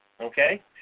Okay